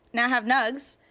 now i have nugs.